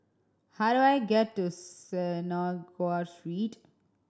how do I get to Synagogue Street